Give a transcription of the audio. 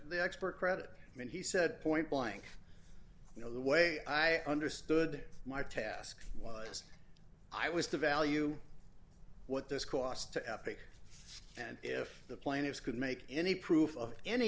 the expert credit and he said point blank you know the way i understood my task was i was to value what this cost to epic and if the players could make any proof of any